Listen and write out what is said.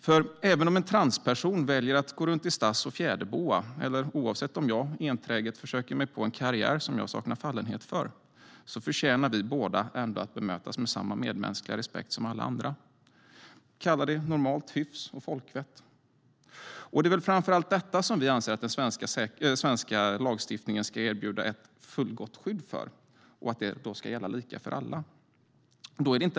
För även om en transperson väljer att gå runt i stass och fjäderboa eller om jag enträget försöker mig på en karriär som jag saknar fallenhet för förtjänar vi båda att bemötas med samma medmänskliga respekt som alla andra. Man kan kalla det normalt hyfs och folkvett. Det är framför allt detta som vi anser att den svenska lagstiftningen ska erbjuda ett fullgott skydd för. Och det ska gälla lika för alla.